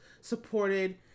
supported